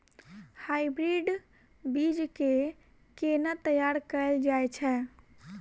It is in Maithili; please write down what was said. हाइब्रिड बीज केँ केना तैयार कैल जाय छै?